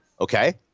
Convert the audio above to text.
Okay